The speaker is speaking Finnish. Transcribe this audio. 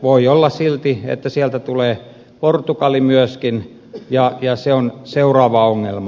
voi olla silti että sieltä tulee portugali myöskin ja se on seuraava ongelma